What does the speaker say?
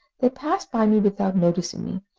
they passed by me without noticing me,